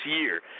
year